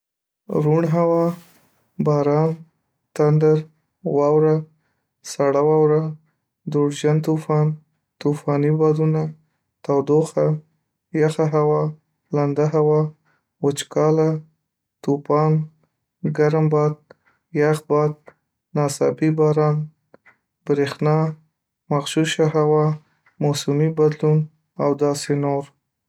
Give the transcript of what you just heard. .روڼ هوا، باران، تندر، واوره، سړه واوره، دوړجن طوفان، طوفاني بادونه، تودوخه، یخه هوا، لنده هوا، وچکاله، توپان، ګرم باد، یخ باد، ناڅاپي باران، برېښنا، مغشوشه هوا، موسمي بدلون او داسي نور